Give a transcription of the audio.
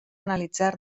analitzar